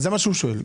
זה מה שהוא שואל,